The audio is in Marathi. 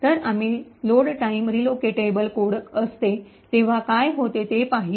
तर आम्ही लोड टाइम रीलोकेटेबल कोड असते तेव्हा काय होते ते पाहिले